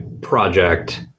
project